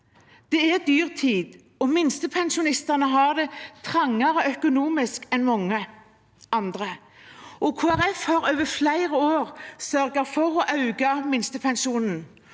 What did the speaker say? Det er dyrtid, og minstepensjonistene har det trangere økonomisk enn mange andre. Kristelig Folkeparti har over flere år sørget for å øke minstepensjonen,